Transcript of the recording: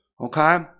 Okay